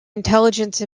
intelligence